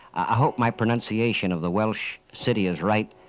i hope my pronunciation of the welsh city is right,